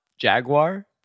Jaguar